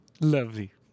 Lovely